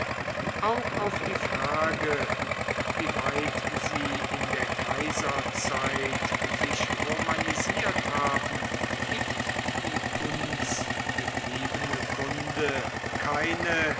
auch auf die frage wieweit sie in der kaiserzeit sich romanisiert haben gibt die uns gebliebene kunde keine